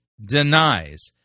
denies